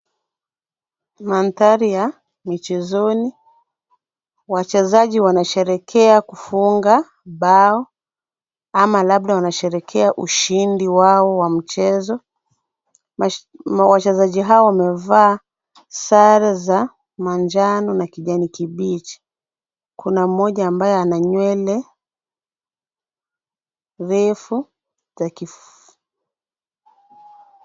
Mandhari ya michezoni, wachezaji wanasherehekea kufunga bao ama labda wanasherehekea ushindi wao wa mchezo, wachezaji hawa wamevaa sare za manjano na kijani kibichi, kuna mmoja ambaye ana nywele refu.